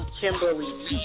Kimberly